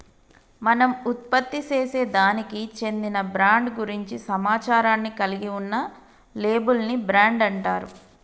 మనం ఉత్పత్తిసేసే దానికి చెందిన బ్రాండ్ గురించి సమాచారాన్ని కలిగి ఉన్న లేబుల్ ని బ్రాండ్ అంటారు